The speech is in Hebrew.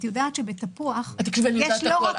את יודעת שבתפוח יש לא רק מיץ, יש בו דברים אחרים.